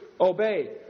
obey